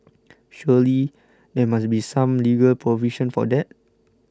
surely there must be some legal provision for that